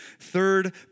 Third